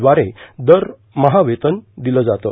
ब्वारे दर महा वेतन दिलं जातं